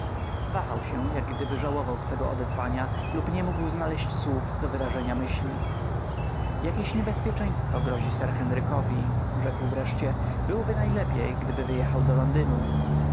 wahał się jak gdyby żałował swego odezwania lub nie mógł znaleźć słów do wyrażenia myśli jakieś niebezpieczeństwo grozi sir henrykowi rzekł wreszcie byłoby najlepiej gdyby wyjechał do londynu